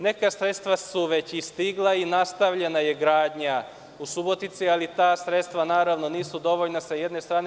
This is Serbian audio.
Neka sredstva su već i stigla i nastavljena je gradnja u Subotici, ali ta sredstva nisu dovoljna, s jedne strane.